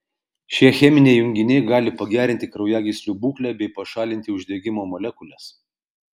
šie cheminiai junginiai gali pagerinti kraujagyslių būklę bei pašalinti uždegimo molekules